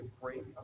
great